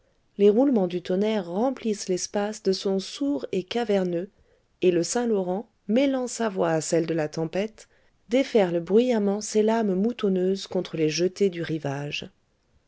les roulements du tonnerre remplissent l'espace de sons sourds et caverneux et le saint-laurent mêlant sa voix à celle de la tempête déferle bruyamment ses lames moutonneuses contre les jetées du rivage